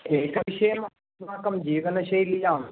एकविषयम् अस्माकं जीवनशैल्यां